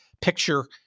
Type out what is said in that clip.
picture